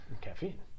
Caffeine